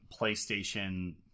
PlayStation